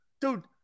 Dude